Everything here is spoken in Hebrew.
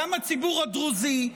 גם הציבור הדרוזי,